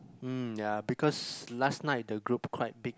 mm ya because last night the group quite big